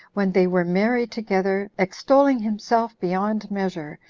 when they were merry together, extolling himself beyond measure,